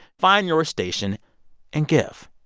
find your station and give.